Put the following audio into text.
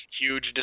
huge